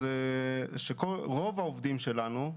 רוב העובדים שלנו,